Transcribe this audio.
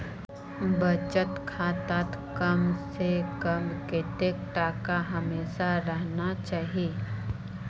बचत खातात कम से कम कतेक टका हमेशा रहना चही?